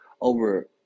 over